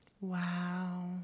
Wow